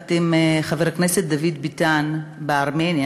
יחד עם חבר הכנסת דוד ביטן בארמניה,